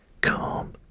calm